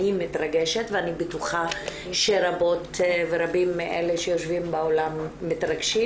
אני מתרגשת ואני בטוחה שרבות ורבים מאלה שיושבים באולם מתרגשים